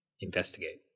Investigate